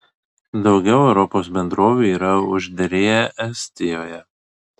daugiau europos bendrovių yra užderėję estijoje